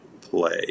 play